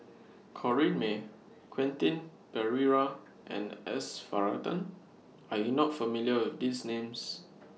Corrinne May Quentin Pereira and S Varathan Are YOU not familiar with These Names